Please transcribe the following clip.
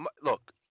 look